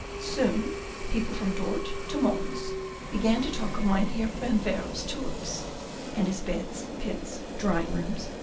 soon people from dort to mons began to talk of mynheer van baerle's tulips and his beds, pits, drying-rooms,